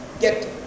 get